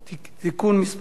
(תיקון מס' 19)